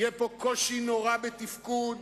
יהיה פה קושי נורא בתפקוד,